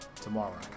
tomorrow